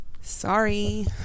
sorry